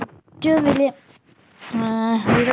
ഏറ്റവും വലിയ ആഗ്രഹം